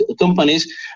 companies